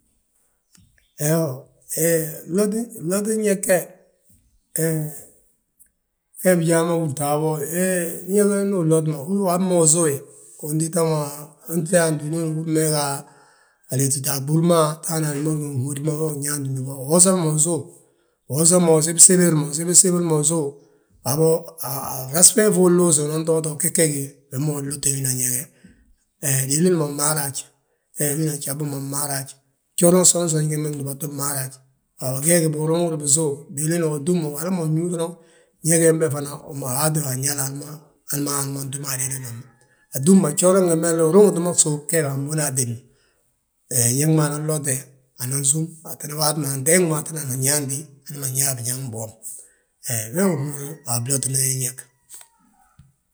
Iyoo, blotin ñég ge, wee, we bijaa ma húta wo, ñég he ndu lotma húri waamu, ndu hab mo usów we. Untita yaanti winooni húrim be we ga a liiti ma, tita a ɓúr ma, hana wi ma gína ginhódi ma we unyaanti undúba. Uwosama usów, uwosama usibirsibirma usów, waabo a frasa fee fi unluusi unan to utoo gegegi, wi ma uloti wina ñég he. Hee, diilin ma maraa haj, he wina gjabu ma mmaara haj, gjooran gsonsonji ma gdatu mmaara haj. Geegi biruŋ bisów, diilin we utúm hala ma wi ñúu doron, ñég ma fana uma haatir a ñaana haji ma hali ma ntúm a diilin wamba. Atúmma gjooran gembe uruŋti ma gsów gee nan buni atédi ma. He ñég ma anan lote hana anan sów, ndi waati ma nteeg mo anti ma nan yaanti, ana ma nñaa biñaŋ biwom. He wee wi nhúr a blotina ñég.